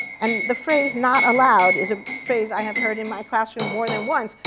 and the phrase, not allowed, is a phrase i have heard in my classroom more than once,